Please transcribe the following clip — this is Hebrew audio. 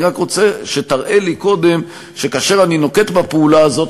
אני רק רוצה שתראה לי קודם שכאשר אני נוקט את הפעולה הזאת,